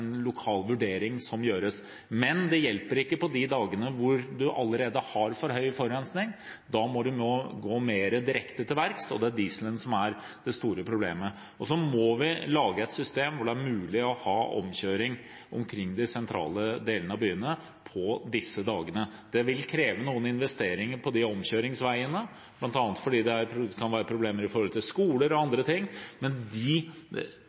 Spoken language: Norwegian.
lokal vurdering. Men det hjelper ikke på de dagene hvor man allerede har for høy forurensning. Da må man gå mer direkte til verks, og det er dieselen som er det store problemet. Så må vi lage et system hvor det er mulig å ha omkjøring rundt de sentrale delene av byene på disse dagene. Det vil kreve noen investeringer på omkjøringsveiene, bl.a. fordi det kan være problemer i forhold til skoler og andre ting. Men